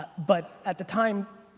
but at the time,